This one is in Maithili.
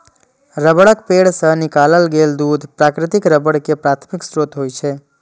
रबड़क पेड़ सं निकालल गेल दूध प्राकृतिक रबड़ के प्राथमिक स्रोत होइ छै